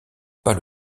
pas